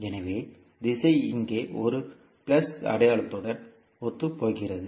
எனவே திசை இங்கே ஒரு பிளஸ் அடையாளத்துடன் ஒத்துப்போகிறது